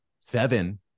seven